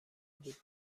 بود